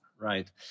Right